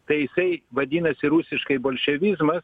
tai jisai vadinasi rusiškai bolševizmas